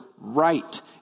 right